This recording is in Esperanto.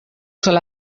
sola